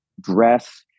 dress